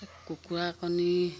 কুকুৰা কণী